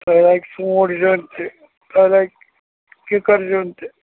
تۅہہِ لگہِ ژوٗںٹھۍ زیُن تہِ تۄہہِ لَگہِ کِکر زیُن تہِ